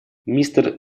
мистер